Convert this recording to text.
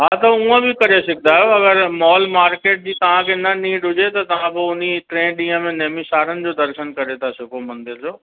हा त हूअं बि करे सघंदा आहियो अगरि मॉल मार्केट जी तव्हांखे न नीड हुजे त तव्हां पोइ उन टे ॾींहनि में नेमीशारण जो दर्शन करे था सघो मंदर जो